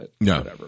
No